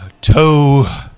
toe